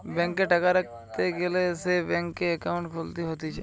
ব্যাংকে টাকা রাখতে গ্যালে সে ব্যাংকে একাউন্ট খুলতে হতিছে